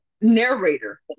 narrator